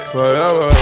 Forever